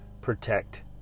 protect